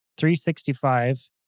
365